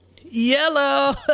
Yellow